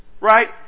Right